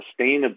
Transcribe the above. sustainability